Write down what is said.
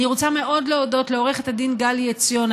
אני רוצה מאוד להודות לעורכת הדין גלי עציון,